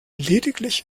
lediglich